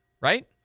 right